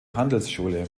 handelsschule